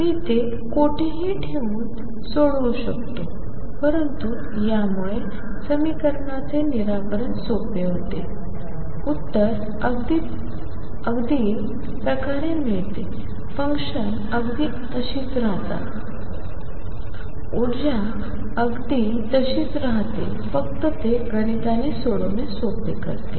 मी ते कोठेही ठेवून सोडवू शकतो परंतु यामुळे समीकरणाचे निराकरण सोपे होते ऊत्तरअगदी प्रकारे मिळते फंक्शन्स अगदी तशीच राहतात ऊर्जा अगदी तशीच राहते फक्त ते गणिताने सोडवणे सोपे करते